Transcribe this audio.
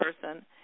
person